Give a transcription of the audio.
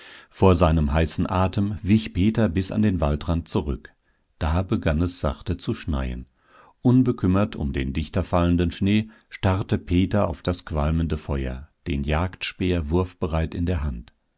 vor seinem heißen atem wich peter bis an den waldrand zurück da begann es sachte zu schneien unbekümmert um den dichter fallenden schnee starrte peter auf das qualmende feuer den jagdspeer wurfbereit in der hand